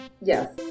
yes